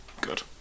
good